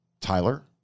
Tyler